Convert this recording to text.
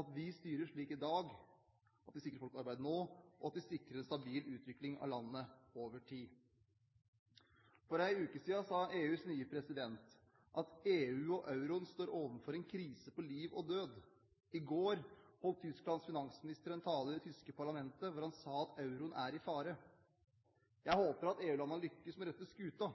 at vi styrer slik i dag at vi sikrer folk arbeid nå, og at vi sikrer en stabil utvikling av landet over tid. For en uke siden sa EUs nye president at EU og euroen står overfor en krise på liv og død. I går holdt Tysklands finansminister en tale i det tyske parlamentet hvor han sa at euroen er i fare. Jeg håper at EU-landene lykkes med å rette skuta,